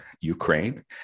Ukraine